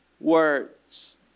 words